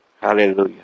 Hallelujah